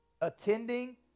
attending